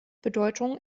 bedeutung